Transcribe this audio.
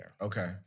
Okay